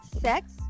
sex